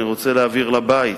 אני רוצה להבהיר לבית: